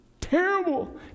Terrible